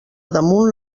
damunt